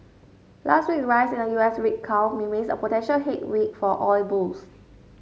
last week rise in the U S rig count remains a potential headwind for oil bulls